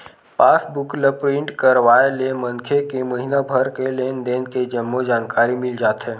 पास book ल print करवाय ले मनखे के महिना भर के लेन देन के जम्मो जानकारी मिल जाथे